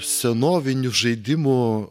senovinių žaidimų